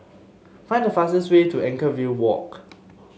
find the fastest way to Anchorvale Walk